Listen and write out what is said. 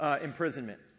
imprisonment